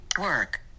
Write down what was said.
work